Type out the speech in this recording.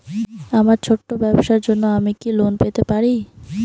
আমার ছোট্ট ব্যাবসার জন্য কি আমি লোন পেতে পারি?